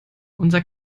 unser